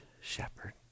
shepherd